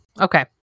Okay